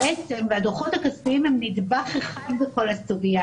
בעצם הדו"חות הכספיים הם נדבך אחד בכל הסוגייה